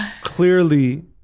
clearly